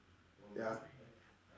ya